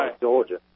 Georgia